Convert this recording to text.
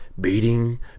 beating